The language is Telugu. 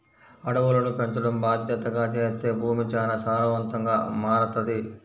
అడవులను పెంచడం బాద్దెతగా చేత్తే భూమి చానా సారవంతంగా మారతది